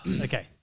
Okay